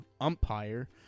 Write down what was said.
umpire